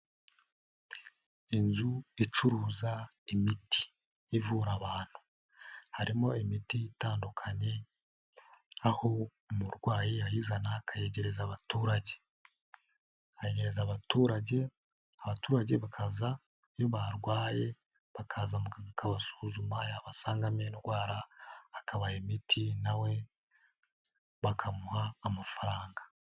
Inzu icuruza imiti ivura abantu harimo imiti itandukanye aho umurwayi yayizana akayegereza abaturage, akayegereza abaturage, abaturage bakaza iyo barwaye bakaza muganga akabasuzuma yabasangamo indwara akabaha imiti na we bakamuha amafaranga.